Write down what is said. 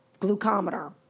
glucometer